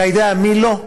אתה יודע מי לא?